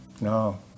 No